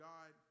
God